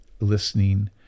listening